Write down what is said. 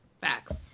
Facts